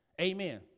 Amen